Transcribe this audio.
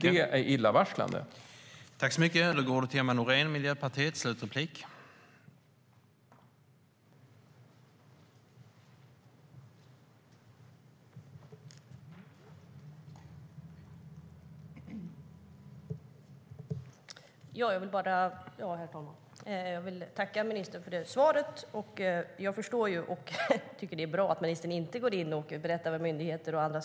Det är illavarslande.